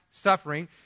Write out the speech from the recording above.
suffering